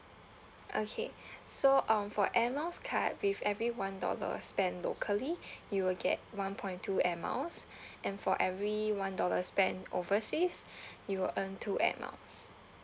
okay so um for air miles card with every one dollar spent locally you will get one point two air miles and for every one dollar spent overseas you will earn two air miles